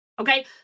Okay